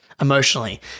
emotionally